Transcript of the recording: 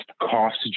cost